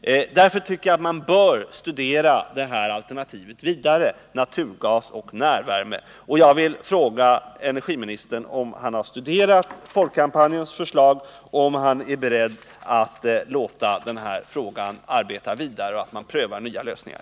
Därför tycker jag att man bör studera alternativet med naturgas och närvärme vidare. Jag vill fråga: Har energiministern studerat Folkkampanjens förslag och är energiministern beredd att arbeta vidare med denna fråga och pröva nya lösningar?